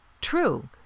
true